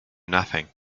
nothing